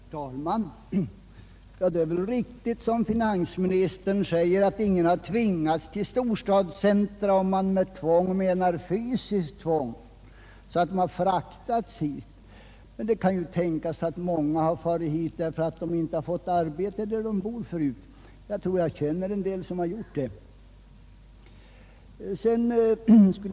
Herr talman! Det är väl riktigt som finansministern säger, att ingen har tvingats till storstadscentra, om man med tvång menar fysiskt tvång, så att de har fraktats dit. Men det kan ju tänkas att många har farit dit därför att de inte fått arbete där de bodde förut. Jag tror att jag känner en del som har gjort det.